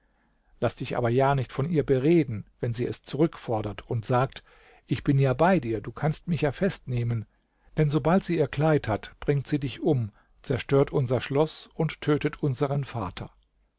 laß dich aber ja nicht von ihr bereden wenn sie es zurückfordert und sagt ich bin ja bei dir du kannst mich ja festnehmen denn sobald sie ihr kleid hat bringt sie dich um zerstört unser schloß und tötet unsere vater